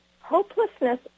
Hopelessness